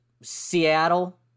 Seattle